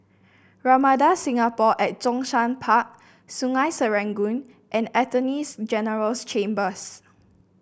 Ramada Singapore at Zhongshan Park Sungei Serangoon and Attorney General's Chambers